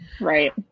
Right